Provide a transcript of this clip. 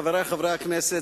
חברי חברי הכנסת,